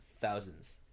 thousands